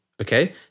okay